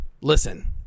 Listen